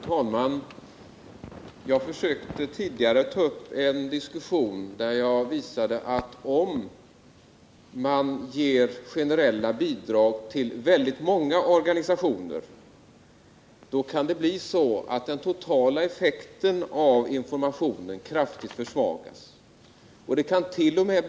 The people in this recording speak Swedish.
Herr talman! Jag försökte tidigare ta upp en diskussion där jag visade att om man ger generella bidrag till väldigt många organisationer kan det bli så att den totala effekten av informationen kraftigt försvagas. Det kant.o.m.